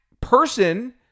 person